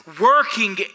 working